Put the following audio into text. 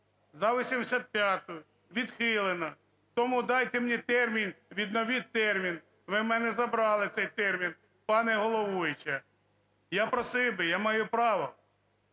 За 85-у. Відхилена. Тому дайте мені термін, відновіть термін, ви у мене забрали цей термін, пані головуюча, я просив би, я маю право.